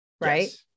right